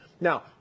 now